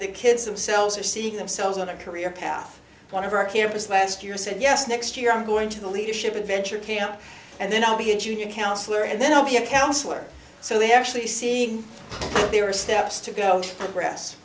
the kids themselves are themselves on the career path one of our campus last year said yes next year i'm going to the leadership adventure camp and then i'll be a junior counselor and then i'll be a counselor so they actually seeing their steps to go progress